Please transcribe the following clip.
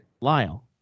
lyle